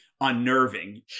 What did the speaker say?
unnerving